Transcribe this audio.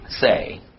say